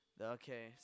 Okay